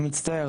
מצטער,